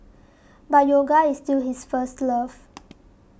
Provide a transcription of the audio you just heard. but yoga is still his first love